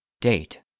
Date